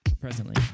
presently